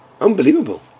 Unbelievable